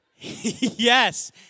Yes